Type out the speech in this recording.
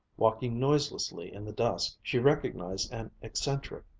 walking noiselessly in the dusk, she recognized an eccentric,